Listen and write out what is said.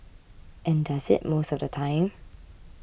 and does it most of the time